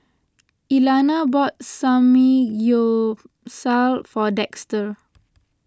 Elana bought Samgyeopsal for Dexter